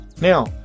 Now